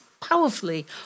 powerfully